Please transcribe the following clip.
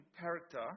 character